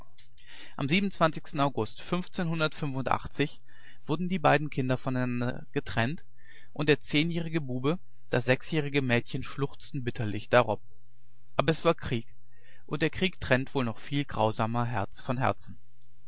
am siebenundzwanzigsten august fünfzehnhundertfünfundachtzig wurden die beiden kinder voneinander getrennt und der zehnjährige bube das sechsjährige mädchen schluchzten bitterlich darob aber es war krieg und der krieg trennt wohl noch viel grausamer herz von herzen